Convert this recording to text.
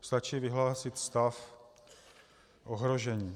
Stačí vyhlásit stav ohrožení.